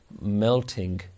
melting